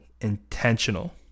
intentional